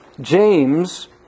James